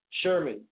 Sherman